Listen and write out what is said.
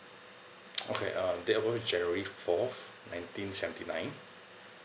okay um date of birth is january fourth nineteen seventy nine